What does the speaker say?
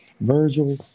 Virgil